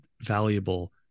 valuable